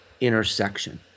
intersection